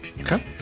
Okay